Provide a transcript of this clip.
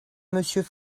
monsieur